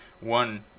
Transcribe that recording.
one